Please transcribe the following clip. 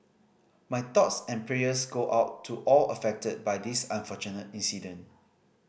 my thoughts and prayers go out to all affected by this unfortunate incident